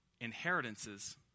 inheritances